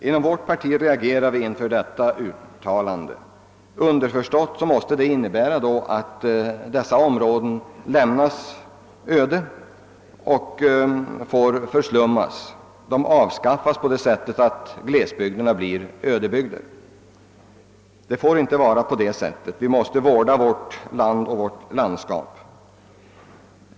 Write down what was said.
Inom vårt parti reagerar vi mot detta uttalande. Underförstått innebär det nämligen att områdena så småningom skall lämnas öde och förslummas. Glesbygderna avskaffas på det sättet att de blir ödebygder. Det får inte ske. Vi måste vårda vårt land och vårt landskap!